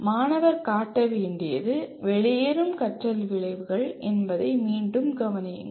மாணவர் காட்ட வேண்டியது 'வெளியேறும் கற்றல் விளைவுகள்' என்பதை மீண்டும் கவனியுங்கள்